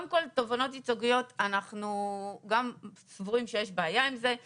גם אנחנו סבורים שיש בעיה עם תובענות ייצוגיות,